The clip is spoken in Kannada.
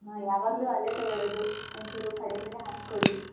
ನಾ ಯಾವಾಗಲೂ ಅಲ್ಲೇ ತಗೊಳ್ಳೋದು ಒಂಚೂರು ಕಡಿಮೆಗೆ ಹಾಕಿ ಕೊಡಿ